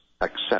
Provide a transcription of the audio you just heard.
accept